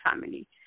family